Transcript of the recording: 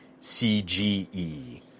CGE